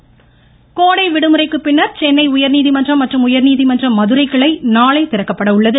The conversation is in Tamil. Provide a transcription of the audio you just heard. நீதிமன்றம் கோடை விடுமுறைக்குப் பின்னர் சென்னை உயர்நீதிமன்றம் மற்றும் உயர்நீதிமன்ற மதுரை கிளை நாளை திறக்கப்பட உள்ளது